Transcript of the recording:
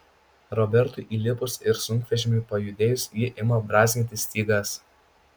robertui įlipus ir sunkvežimiui pajudėjus ji ima brązginti stygas